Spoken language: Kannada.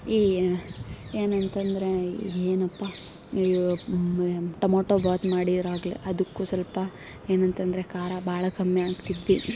ಈ ಏನಂತ ಅಂದ್ರೆ ಈ ಏನಪ್ಪಾ ಟೊಮೊಟೋ ಬಾತ್ ಮಾಡಿರಾಗ್ಲೆ ಅದಕ್ಕೂ ಸ್ವಲ್ಪ ಏನಂತ ಅಂದ್ರೆ ಖಾರ ಭಾಳ ಕಮ್ಮಿ ಹಾಕ್ತಿದ್ವಿ